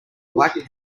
black